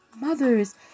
mothers